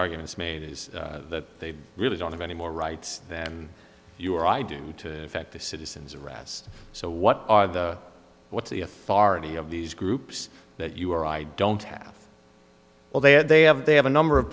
arguments made is that they really don't have any more rights than you or i do to affect the citizens arrest so what are the what's the authority of these groups that you are i don't have well they had they have they have a number of